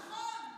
נכון.